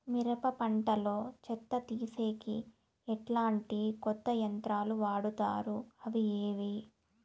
మిరప పంట లో చెత్త తీసేకి ఎట్లాంటి కొత్త యంత్రాలు వాడుతారు అవి ఏవి?